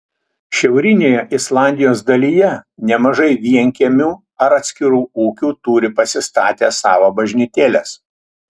šiaurinėje islandijos dalyje nemažai vienkiemių ar atskirų ūkių turi pasistatę savo bažnytėles